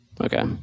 okay